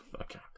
Okay